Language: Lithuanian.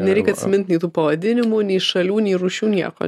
nereik atsimint nei tų pavadinimų nei šalių nei rūšių nieko